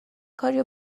کاریو